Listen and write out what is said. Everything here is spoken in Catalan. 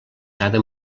cada